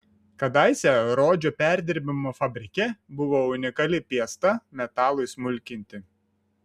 kadaise rodžio perdirbimo fabrike buvo unikali piesta metalui smulkinti